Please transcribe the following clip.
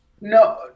No